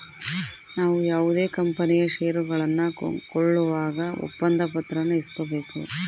ನಾವು ಯಾವುದೇ ಕಂಪನಿಯ ಷೇರುಗಳನ್ನ ಕೊಂಕೊಳ್ಳುವಾಗ ಒಪ್ಪಂದ ಪತ್ರಾನ ಇಸ್ಕೊಬೇಕು